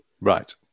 Right